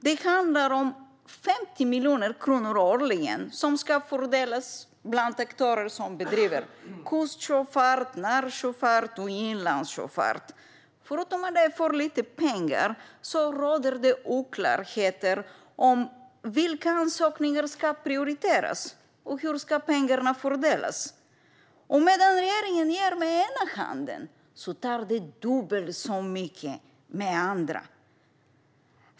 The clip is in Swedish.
Det handlar om 50 miljoner kronor årligen som ska fördelas bland sektorer som bedriver kustsjöfart, närsjöfart och inlandssjöfart. Förutom att det är för lite pengar råder det oklarheter om vilka ansökningar som ska prioriteras och hur pengarna ska fördelas. Medan regeringen ger med ena handen tar man dubbelt så mycket med den andra.